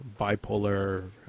Bipolar